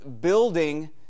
building